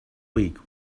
week